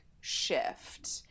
shift